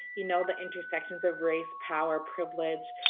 you know, the intersections of race, power, privilege,